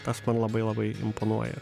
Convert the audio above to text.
tas man labai labai imponuoja